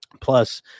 Plus